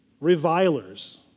Revilers